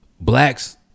blacks